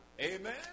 Amen